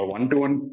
One-to-one